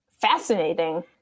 fascinating